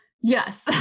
Yes